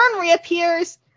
reappears